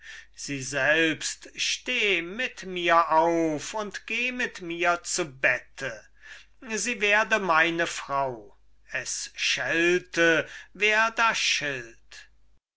sie selbst steh mit mir auf und geh mit mir zu bette sie werde meine frau es schelte wer da